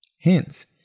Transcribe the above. Hence